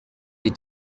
est